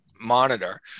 monitor